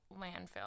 landfill